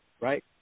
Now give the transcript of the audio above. right